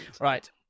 Right